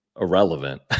irrelevant